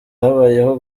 habayeho